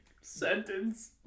sentence